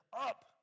up